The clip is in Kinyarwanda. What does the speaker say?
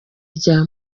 rya